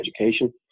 education